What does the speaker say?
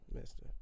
Mister